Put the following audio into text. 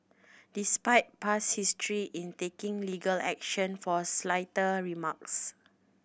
despite past history in taking legal action for slighter remarks